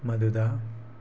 ꯃꯗꯨꯗ